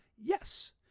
Yes